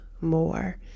more